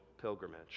pilgrimage